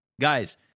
guys